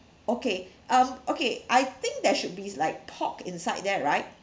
okay um okay I think there should be like pork inside there right